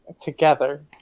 Together